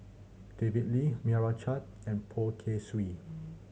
David Lee Meira Chand and Poh Kay Swee